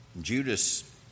Judas